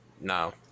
No